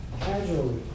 Casually